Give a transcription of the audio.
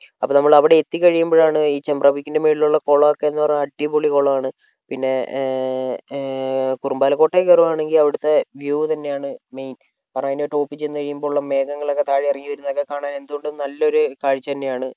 അപ്പോൾ നമ്മള് അവിടെ എത്തിക്കഴിയുമ്പോഴാണ് ഈ ചെമ്പ്ര പീക്കിൻ്റെ മുകളിലുള്ള കുളമൊക്കെ എന്ന് പറഞ്ഞു കഴിഞ്ഞാൽ അടിപൊളി കുളമാണ് പിന്നെ കുറുമ്പാലക്കോട്ടെല് കയറുകയാണെങ്കിൽ അവിടത്തെ വ്യൂ തന്നെയാണ് മെയിൻ കാരണം അതിൻ്റെ ഒരു ടോപ്പിൽ ചെന്ന് കഴിയുമ്പോൾ ഉള്ള മേഘങ്ങളൊക്കെ താഴെ ഇറങ്ങി വരുന്നതൊക്കെ കാണാൻ എന്തുകൊണ്ടും നല്ലൊരു കാഴ്ചെ തന്നെയാണ്